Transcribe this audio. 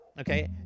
okay